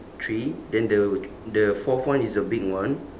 three then the the fourth one is the big one